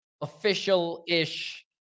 official-ish